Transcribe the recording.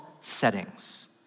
settings